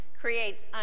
creates